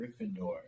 Gryffindor